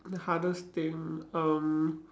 the hardest thing um